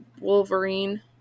Wolverine